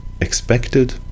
expected